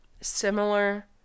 similar